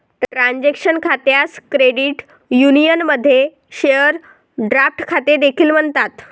transaction खात्यास credit युनियनमध्ये share draft खाते देखील म्हणतात